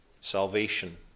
Salvation